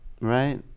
right